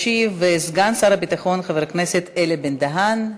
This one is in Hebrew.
ישיב סגן שר הביטחון חבר הכנסת אלי בן-דהן.